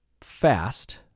fast